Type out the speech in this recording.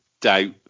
doubt